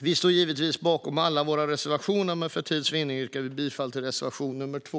Vi står givetvis bakom alla våra reservationer, men för tids vinnande yrkar jag bifall endast till reservation 2.